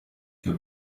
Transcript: too